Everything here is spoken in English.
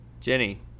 Jenny